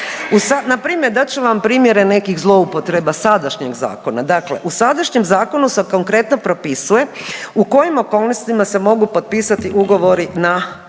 Na primjer dat ću vam primjere nekih zloupotreba sadašnjeg zakona. Dakle, u sadašnjem zakonu se konkretno propisuje u kojim okolnostima se mogu potpisati ugovori na